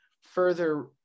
further